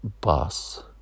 bus